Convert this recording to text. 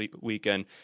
weekend